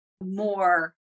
more